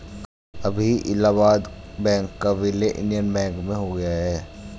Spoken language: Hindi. अभी इलाहाबाद बैंक का विलय इंडियन बैंक में हो गया है